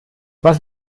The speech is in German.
was